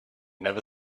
never